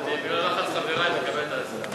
אני, בלחץ חברי, מקבל את ההצעה.